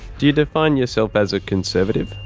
do you define yourself as a conservative?